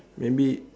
maybe